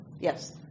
yes